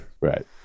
right